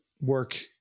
work